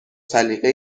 سلیقه